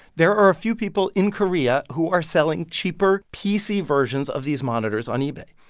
there are a few people in korea who are selling cheaper pc versions of these monitors on ebay.